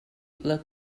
the